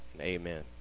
amen